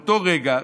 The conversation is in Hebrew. באותו רגע,